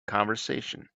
conversation